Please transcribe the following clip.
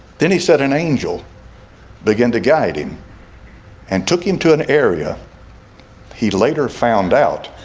then he said an angel began to guide him and took him to an area he later found out